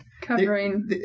covering